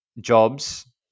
jobs